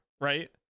Right